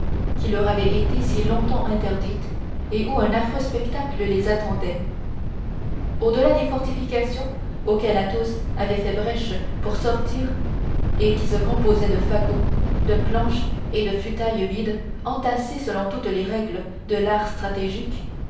qui leur avait été si longtemps interdite et où un affreux spectacle les attendait au-delà des fortifications auxquelles athos avait fait brèche pour sortir et qui se composaient de fagots de planches et de futailles vides entassées selon toutes les règles de l'art stratégique